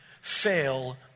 fail